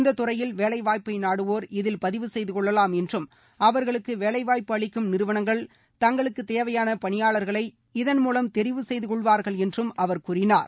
இந்த துறையில் வேலைவாய்ப்பை நாடுவோர் இதில் பதிவு செய்துகொள்ளலாம் என்றும் அவர்களுக்கு வேலைவாய்ப்பு அளிக்கும் நிறுவனங்கள் தங்களுக்கு தேவையான பணியாளர்களை இதன் தெரிவு செய்துகொள்வார்கள் என்றும் அவர் கூறினார்